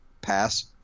pass